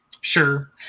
Sure